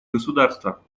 государства